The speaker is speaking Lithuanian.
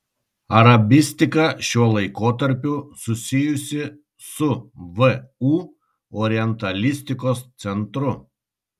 arabistika šiuo laikotarpiu susijusi su vu orientalistikos centru